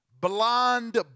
blonde